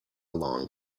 long